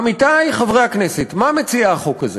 עמיתי חברי הכנסת, מה מציע החוק הזה?